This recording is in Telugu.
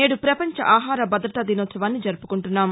నేదు పపంచ ఆహార భదత దినోత్సవాన్ని జరుపుకుంటున్నాం